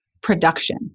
production